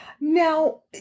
now